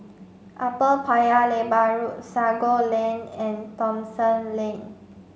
Upper Paya Lebar Road Sago Lane and Thomson Lane